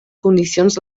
condicions